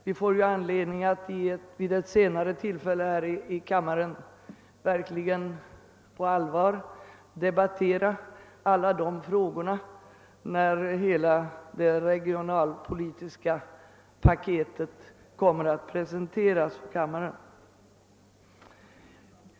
Vi får ju vid ett senare tillfälle anledning att på allvar debattera alla dessa frågor här i kammaren, nämligen när hela det regionalpolitiska paketet kommer att behandlas i riksdagen.